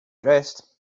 dressed